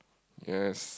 yes